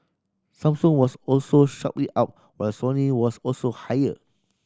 Samsung was also sharply up while Sony was also higher